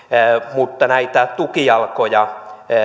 mutta näitä tukijalkoja